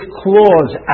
clause